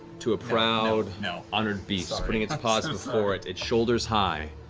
to a proud, you know honored beast, putting its paws forward, its shoulders high.